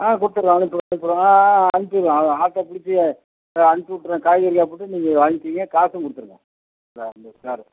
ஆ கொடுத்துருலாம் அனுப்பிவிட சொல்லுங்கள் அனுப்பிவிடுங்க ஆட்டோ பிடிச்சி அதை அனுப்பிவிட்றேன் காய்கறியை போட்டு நீங்கள் வாங்கிங்க காசும் கொடுத்துருங்க